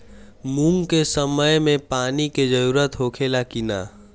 मूंग के समय मे पानी के जरूरत होखे ला कि ना?